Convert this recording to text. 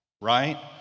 right